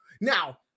Now